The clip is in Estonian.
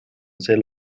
sel